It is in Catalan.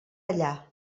allà